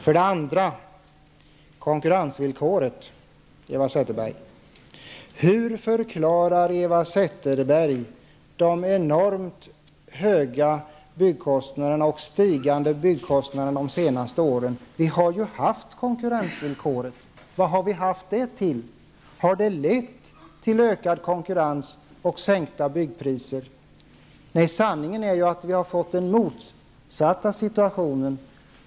För det andra är det fråga om konkurrensvillkoret. Hur förklarar Eva Zetterberg de enormt höga och stigande byggkostnaderna under de senaste åren? Konkurrensvillkoret har ju gällt. Vad har vi haft det till? Har det lett till ökad konkurrens och sänkta byggpriser? Nej, sanningen är att vi fått den motsatta situationen.